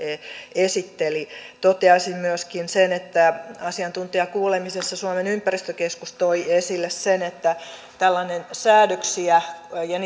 esitteli toteaisin myöskin sen että asiantuntijakuulemisessa suomen ympäristökeskus toi esille sen että säädöksiä ja